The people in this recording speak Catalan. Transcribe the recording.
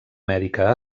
mèdica